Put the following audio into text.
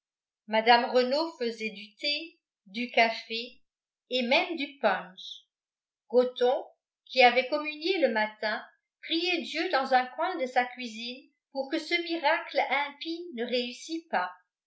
mme renault faisait du thé du café et même du punch gothon qui avait communié le matin priait dieu dans un coin de sa cuisine pour que ce miracle impie ne réussît pas